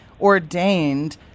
ordained